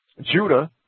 Judah